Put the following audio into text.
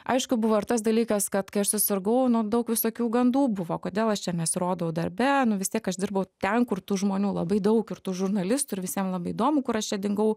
aišku buvo ir tas dalykas kad kai aš susirgau nu daug visokių gandų buvo kodėl aš čia nesirodau darbe vis tiek aš dirbau ten kur tų žmonių labai daug ir tų žurnalistų ir visiem labai įdomu kur aš čia dingau